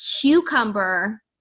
cucumber